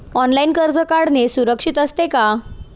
Online कर्ज काढणे सुरक्षित असते का?